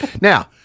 Now